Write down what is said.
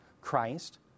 Christ